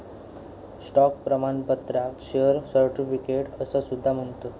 stock प्रमाणपत्राक share certificate असा सुद्धा म्हणतत